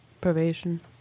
Probation